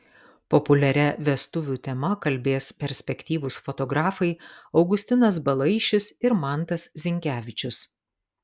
populiaria vestuvių tema kalbės perspektyvūs fotografai augustinas balaišis ir mantas zinkevičius